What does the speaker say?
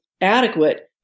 adequate